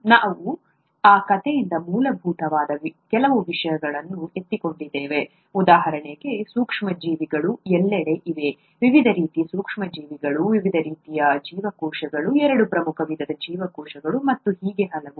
ಮತ್ತು ನಾವು ಆ ಕಥೆಯಿಂದ ಮೂಲಭೂತವಾದ ಕೆಲವು ವಿಷಯಗಳನ್ನು ಎತ್ತಿಕೊಂಡಿದ್ದೇವೆ ಉದಾಹರಣೆಗೆ ಸೂಕ್ಷ್ಮಜೀವಿಗಳು ಎಲ್ಲೆಡೆ ಇವೆ ವಿವಿಧ ರೀತಿಯ ಸೂಕ್ಷ್ಮಜೀವಿಗಳು ವಿವಿಧ ರೀತಿಯ ಜೀವಕೋಶಗಳು ಎರಡು ಪ್ರಮುಖ ವಿಧದ ಜೀವಕೋಶಗಳು ಮತ್ತು ಹೀಗೆ ಹಲವು